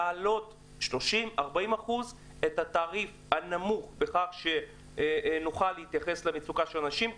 להעלות ב-30% 40% את התעריף הנמוך וכך נוכל להתייחס למצוקה של האנשים.